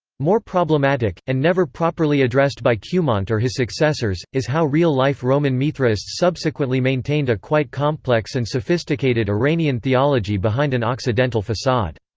more problematic and never properly addressed by cumont or his successors is how real-life roman mithraists subsequently maintained a quite complex and sophisticated iranian theology behind an occidental facade.